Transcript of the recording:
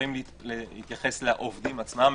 לפעמים להתייחס לעובדים עצמם,